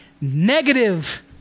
negative